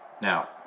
Now